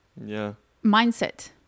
mindset